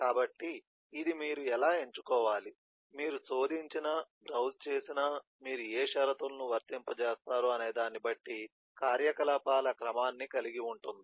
కాబట్టి ఇది మీరు ఎలా ఎంచుకోవాలి మీరు శోధించినా బ్రౌజ్ చేసినా మీరు ఏ షరతులను వర్తింపజేస్తారో అనేదాన్ని బట్టి కార్యకలాపాల క్రమాన్ని కలిగి ఉంటుంది